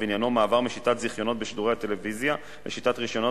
ועניינו מעבר משיטת זיכיונות בשידורי טלוויזיה לשיטת רשיונות,